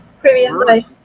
previously